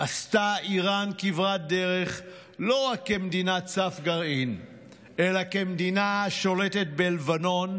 עשתה איראן כברת דרך לא רק כמדינת סף גרעין אלא כמדינה השולטת בלבנון,